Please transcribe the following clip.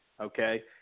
okay